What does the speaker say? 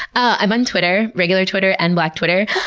i'm on twitter, regular twitter and black twitter.